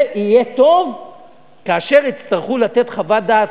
זה יהיה טוב כאשר יצטרכו לתת חוות-דעת